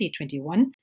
2021